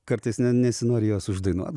kartais ne nesinori jos uždainuot